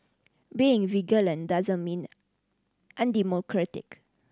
being vigilant doesn't mean undemocratic